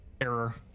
Error